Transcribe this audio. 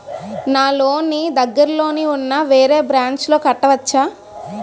నా లోన్ నీ దగ్గర్లోని ఉన్న వేరే బ్రాంచ్ లో కట్టవచా?